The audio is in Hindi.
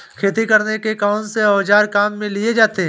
खेती करने में कौनसे औज़ार काम में लिए जाते हैं?